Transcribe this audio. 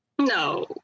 No